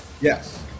Yes